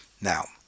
Now